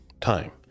time